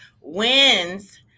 wins